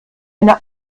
eine